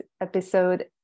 episode